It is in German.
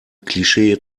klischee